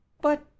But